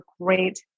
great